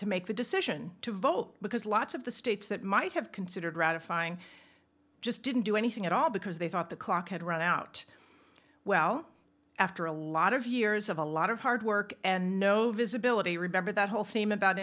to make the decision to vote because lots of the states that might have considered ratifying just didn't do anything at all because they thought the clock had run out well after a lot of years of a lot of hard work and no visibility remember that whole theme about